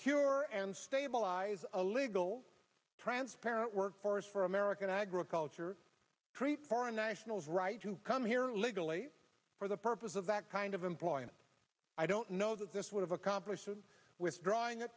here and stabilize a legal transparent workforce for american agriculture prepare a nationals right to come here legally for the purpose of that kind of employment i don't know that this would have accomplished withdrawing